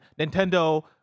nintendo